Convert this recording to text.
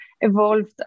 evolved